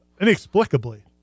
inexplicably